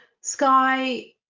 Sky